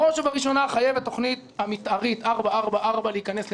בראש ובראשונה חייבת התוכנית המתארית 4444 להיכנס לתוקף.